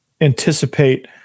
anticipate